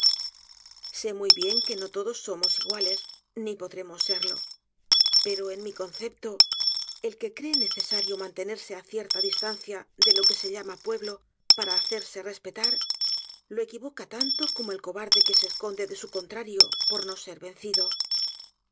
sé muy bien que no todos somos iguales ni podremos serlo pero en mi concepto el que cree necesario mantenerle á cierta distancia de lo que se llama pueblo para hacerse respetar lo equivoca tanto como el cobarde que se esconde de su contrario por no ser vencido